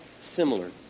similar